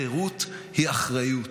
חירות היא אחריות,